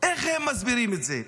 איך הם מסבירים את זה?